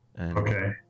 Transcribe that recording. Okay